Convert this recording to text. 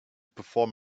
perform